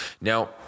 now